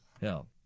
Hell